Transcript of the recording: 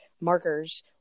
markers